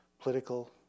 political